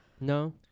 No